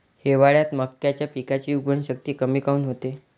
हिवाळ्यात मक्याच्या पिकाची उगवन शक्ती कमी काऊन होते?